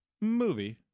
Movie